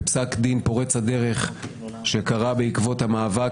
בפסק דין פורץ הדרך שקרה בעקבות המאבק